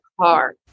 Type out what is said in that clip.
car